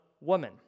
woman